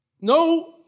no